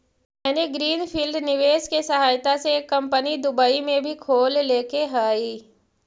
मैंने green field निवेश के सहायता से एक कंपनी दुबई में भी खोल लेके हइ